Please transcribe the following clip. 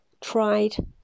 tried